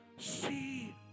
see